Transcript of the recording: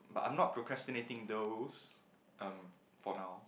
but I'm not procrastinating those um for now